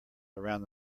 around